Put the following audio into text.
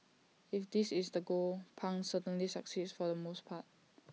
if this is the goal pang certainly succeeds for the most part